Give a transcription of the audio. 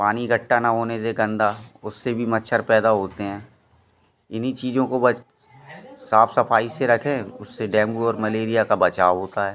पानी इकठ्ठा न होने दें गंदा उससे भी मच्छर पैदा होते हैं इन्हीं चीज़ों को बस साफ़ सफ़ाई से रखें उससे डेंगू और मलेरिया का बचाव होता है